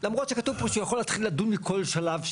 למרות שכתוב פה שהוא יכול להתחיל לדון בכל שלב.